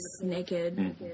naked